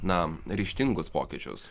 na ryžtingus pokyčius